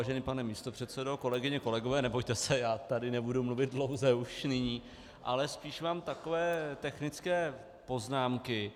Vážený pane místopředsedo, kolegyně, kolegové, nebojte se, já tady nebudu mluvit dlouze, ale spíš mám takové technické poznámky.